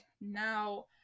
now